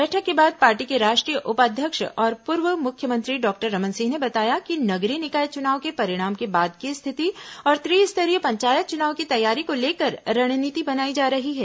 बैठक के बाद पार्टी के राष्ट्रीय उपाध्यक्ष और पूर्व मुख्यमंत्री डॉक्टर रमन सिंह ने बताया कि नगरीय निकाय चुनाव के परिणाम के बाद की स्थिति और त्रि स्तरीय पंचायत चुनाव की तैयारी को लेकर रणनीति बनाई जा रही है